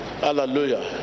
hallelujah